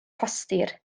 rhostir